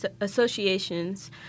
associations